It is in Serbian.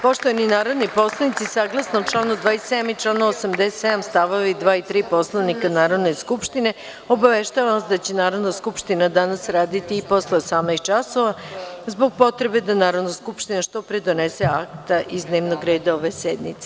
Poštovani narodni poslanici, saglasno članu 27. i članu 87. stavovi 2. i 3. Poslovnika Narodne skupštine, obaveštavam vas da će Narodna skupština danas raditi i posle 18,00 časova, zbog potrebe da Narodna skupština što pre donese akta iz dnevnog reda ove sednice.